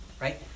right